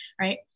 right